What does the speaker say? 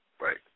right